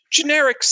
generics